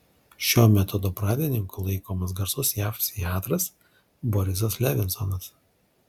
šio metodo pradininku laikomas garsus jav psichiatras borisas levinsonas